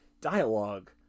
dialogue